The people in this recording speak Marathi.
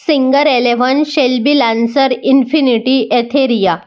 singer eleven Shelby Lancer Infinity Etheria